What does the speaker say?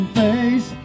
face